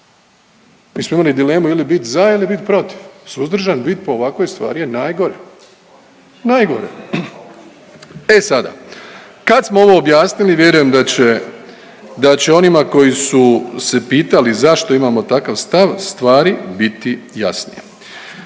Mi smo imali dilemu ili bit za ili bit protiv, suzdržan bit po ovakvoj stvari je najgore, najgore. E sada, kad smo ovo objasnili vjerujem da će, da će onima koji su se pitali zašto imamo takav stav stvari biti jasnije.